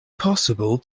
possible